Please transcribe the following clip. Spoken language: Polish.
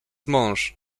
mąż